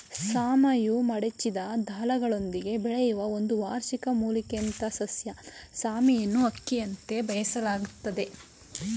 ಸಾಮೆಯು ಮಡಚಿದ ದಳಗಳೊಂದಿಗೆ ಬೆಳೆಯುವ ಒಂದು ವಾರ್ಷಿಕ ಮೂಲಿಕೆಯಂಥಸಸ್ಯ ಸಾಮೆಯನ್ನುಅಕ್ಕಿಯಂತೆ ಬೇಯಿಸಲಾಗ್ತದೆ